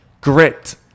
Grit